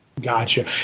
gotcha